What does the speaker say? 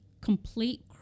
complete